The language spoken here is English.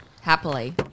Happily